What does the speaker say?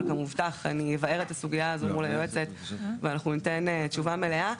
אבל כמובטח אבאר את הסוגיה הזו מול היועצת וניתן תשובה מלאה.